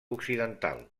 occidental